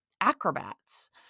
acrobats